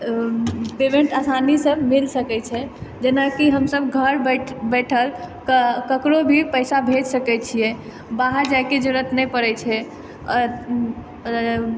payment आसानीसँ मिल सकै छै जेनाकि हमसब घर बैठ बैठल कऽ ककरो भी पैसा भेज सकै छियै बाहर जाइके जरूरत नहि पड़ै छै आओर